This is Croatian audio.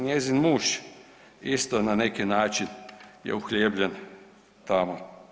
Njezin muž isto na neki način je uhljebljen tamo.